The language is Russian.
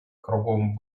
кругом